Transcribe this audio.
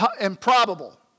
improbable